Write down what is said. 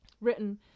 written